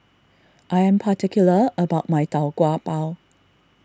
I am particular about my Tau Kwa Pau